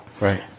Right